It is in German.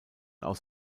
aus